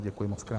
Děkuji mockrát.